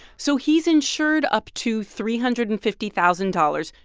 so he's insured up to three hundred and fifty thousand dollars.